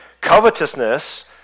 covetousness